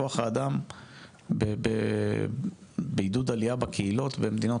כוח האדם בעידוד העלייה בקהילות במדינות